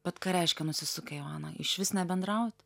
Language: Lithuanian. bet ką reiškia nusisukę joana išvis nebendraut